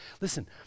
Listen